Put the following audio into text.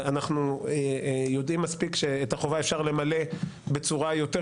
אנחנו יודעים מספיק שאת החובה אפשר למלא בצורה יותר טובה,